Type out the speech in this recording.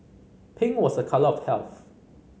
pink was a colour of health